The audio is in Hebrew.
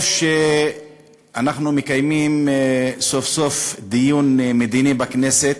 טוב שאנחנו מקיימים סוף-סוף דיון מדיני בכנסת.